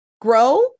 Grow